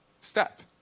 step